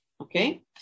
okay